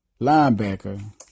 linebacker